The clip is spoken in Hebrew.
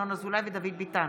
ינון אזולאי ודוד ביטן